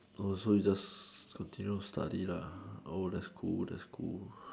oh so you just continue study lah oh that's cool that's cool